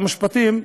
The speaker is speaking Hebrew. שרת המשפטים,